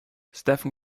stephen